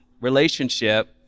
relationship